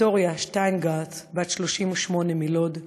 ויקטוריה שטיינגרדט, בת 38, מלוד,